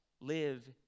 live